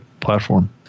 platform